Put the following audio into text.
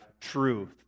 truth